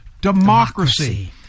democracy